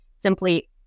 simply